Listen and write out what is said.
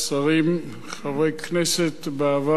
חברי כנסת בעבר ובהווה,